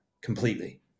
completely